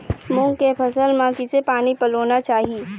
मूंग के फसल म किसे पानी पलोना चाही?